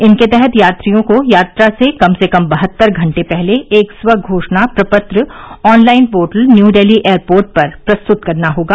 इनके तहत यात्रियों को यात्रा से कम से कम बहत्तर घंटे पहले एक स्व घोषणा प्रपत्र online portal New Delhi airport पर प्रस्तुत करना होगा